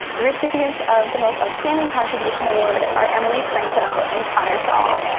the recipients of the most outstanding contribution award are emily franco and connor shaull.